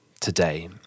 today